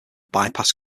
bypass